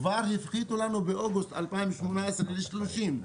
כבר הפחיתו לנו באוגוסט 2018 ל-30,000,